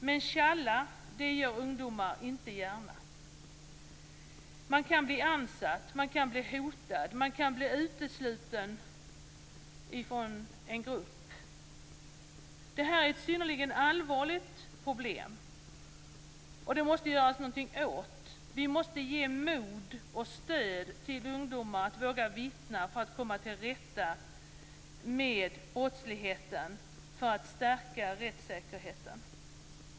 Men tjalla gör ungdomar inte gärna. Man kan bli ansatt. Man kan bli hotad. Man kan bli utesluten från en grupp. Det här är ett synnerligen allvarligt problem som vi måste göra någonting åt. Vi måste ge mod och stöd till ungdomar så att de vågar vittna för att komma till rätta med brottsligheten och stärka rättssäkerheten.